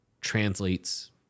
translates